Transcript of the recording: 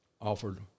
offered